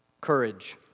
Courage